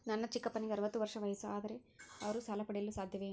ನನ್ನ ಚಿಕ್ಕಪ್ಪನಿಗೆ ಅರವತ್ತು ವರ್ಷ ವಯಸ್ಸು, ಆದರೆ ಅವರು ಸಾಲ ಪಡೆಯಲು ಸಾಧ್ಯವೇ?